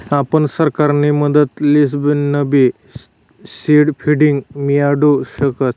आपण सरकारनी मदत लिसनबी सीड फंडींग मियाडू शकतस